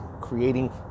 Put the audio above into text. creating